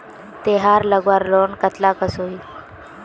तेहार लगवार लोन कतला कसोही?